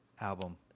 album